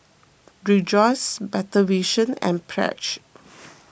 Rejoice Better Vision and Pledge